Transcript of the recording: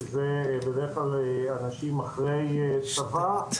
שזה בדרך כלל אנשים אחרי צבא,